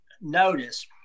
notice